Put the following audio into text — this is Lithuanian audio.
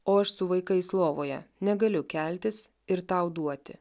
o aš su vaikais lovoje negaliu keltis ir tau duoti